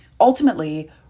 Ultimately